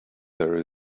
there